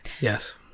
yes